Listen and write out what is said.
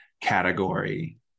category